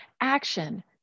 action